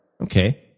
Okay